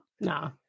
no